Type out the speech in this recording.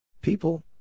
People